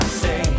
say